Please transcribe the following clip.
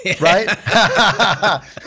right